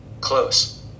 close